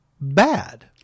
bad